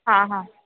हां हां